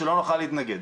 שלא נוכל להתנגד.